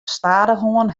stadichoan